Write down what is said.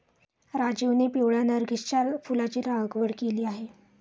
राजीवने पिवळ्या नर्गिसच्या फुलाची लागवड केली आहे